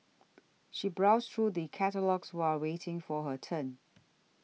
she browsed through the catalogues while waiting for her turn